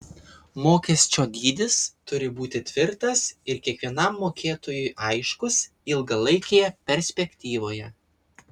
mokesčio dydis turi būti tvirtas ir kiekvienam mokėtojui aiškus ilgalaikėje perspektyvoje